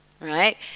right